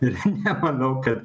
ir nemanau kad